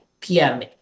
PM